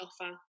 offer